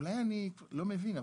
אולי אני לא מבין,